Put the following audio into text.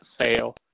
sale